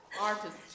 Artist